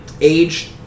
age